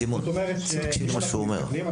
סימון, תקשיב למה שהוא אומר.